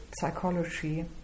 psychology